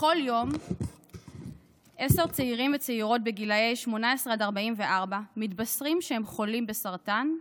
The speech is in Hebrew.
בכל יום עשרה צעירים וצעירות בני 18 עד 44 מתבשרים שהם חולים בסרטן,